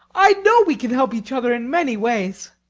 i know we can help each other in many ways.